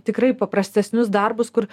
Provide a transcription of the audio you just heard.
tikrai paprastesnius darbus kur